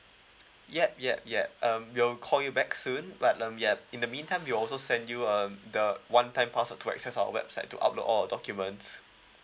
yup yup yup um we'll call you back soon but um yup in the meantime we'll also send you um the one-time password to access our website to upload all your documents